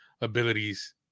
abilities